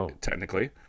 technically